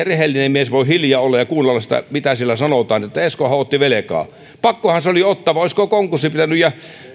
rehellinen mies voi hiljaa olla ja kuunnella sitä mitä siellä sanotaan että esko aho otti velkaa pakkohan se oli ottaa vai olisiko konkurssi pitänyt tehdä ja